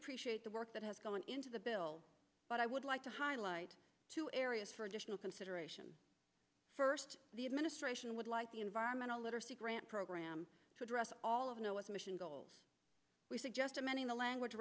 appreciate the work that has gone into the bill but i would like to highlight two areas for additional consideration first the administration would like the environmental literacy grant program to address all of you know its mission goals we suggest amending the language